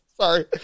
Sorry